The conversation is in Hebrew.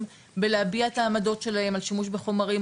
בלהביע את העמדות שלהם על שימוש בחומרים,